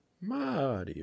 Mario